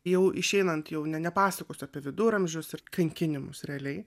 jau išeinant jau nepasakosiu apie viduramžius ir kankinimus realiai